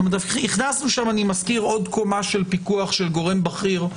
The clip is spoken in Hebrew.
הכנסנו לשם עוד קומה של פיקוח של גורם בכיר.